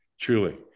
truly